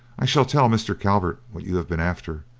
i shall tell mr. calvert what you have been after,